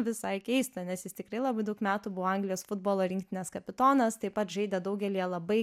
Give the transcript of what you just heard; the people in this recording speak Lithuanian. visai keista nes jis tikrai labai daug metų buvo anglijos futbolo rinktinės kapitonas taip pat žaidė daugelyje labai